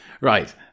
right